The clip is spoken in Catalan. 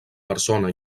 persona